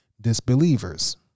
disbelievers